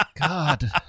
God